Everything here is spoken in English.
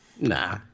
Nah